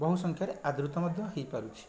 ବହୁ ସଂଖ୍ୟାରେ ଆଦୃତ ମଧ୍ୟ ହେଇପାରୁଛି